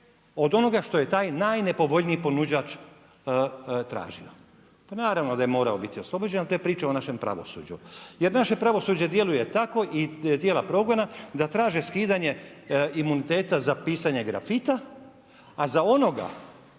od onoga što je taj najnepovoljniji ponuđač tražio. Pa naravno da je morao biti oslobođen od te priče u našem pravosuđu. Jer naše pravosuđe djeluje tako i tijela progona da traže skidanje imuniteta za pisanje grafita, a za onoga